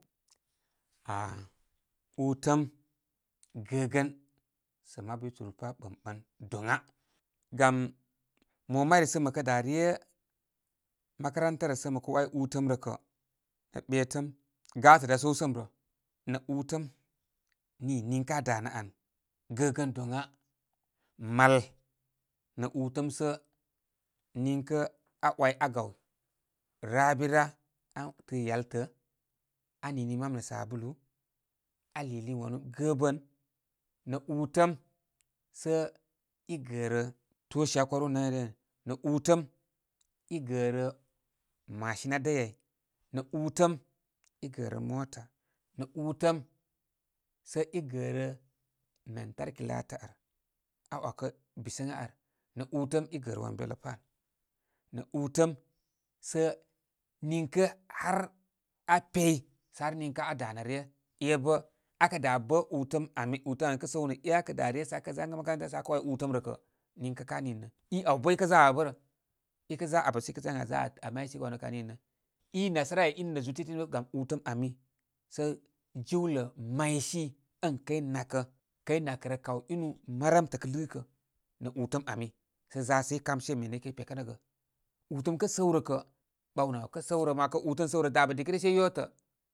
Ah ūtəm gəgə sə mabu yuturu pa' ɓɨmɓɨn doŋa. Gam mo mari sə mə'kə' da' re makaranta rə sə mə kə 'way rə kə' nə ɓetəm gatə da' səw səm rə. Nə' utəm, ni niŋkə aa dabarnə an, gəgən doŋa. Mal, nə' ūtəm sə niŋkə aa 'wayaa gaw rabira. Antɨ yaltə, aa ninin mam nə sabulu, aa liilin wanu gəbə. Nə utəmsə i gərə toli aa korū nayryə ai nə' utəm i gərə machine aa dəy ai, nə' utəm i gərə mota, nə utəm sə igərə lantarki laatə' ar- aa 'wakə bisəŋə ar. nə ūtəm gərə wan betə pa' an. Nə utəm sə niŋkə har aa pey sə har niŋkə har aa pey sə har niŋkə aa da nə ryə e' bə' akə da bə' utəm ami, ūtəm abarmi kə' sə'w nə' e akida re sə' akə zangə makarantasə akə way utəm rə kə, niŋkə ka nini rə. i abarw bə' i kə' za abə bə' rə. i za abə sə i təə ən aa za aaza aa maysəgə wanu kan nini rə. i naasarai, ai in nə zul tedə' in ə bə' gam ūtəm ami sə' jiwlə maysi ən kəy natkə kəy nabarkərə kaw i nu maramtə kə lɨkə, nə' utəm ami. Sə za sə i kam she mene i ke ye pekə nəgə. Utəm kə' səw rə kə'. Baw nə abarw kə səwrə. Mə 'wakə utəm səw rə dabə dikə ryə sai yodə.